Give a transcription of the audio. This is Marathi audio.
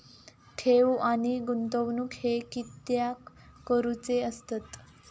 ठेव आणि गुंतवणूक हे कित्याक करुचे असतत?